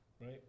Right